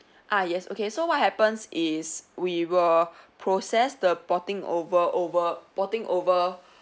ah yes okay so what happens is we will process the porting over over porting over